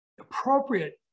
appropriate